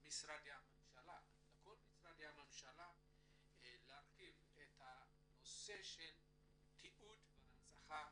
לכל משרדי הממשלה להרחיב את הנושא של תיעוד והנצחה